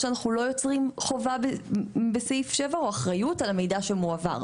שאנחנו לא יוצרים חובה או אחריות על המידע שמועבר.